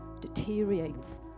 deteriorates